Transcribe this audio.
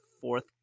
fourth